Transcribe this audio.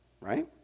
Right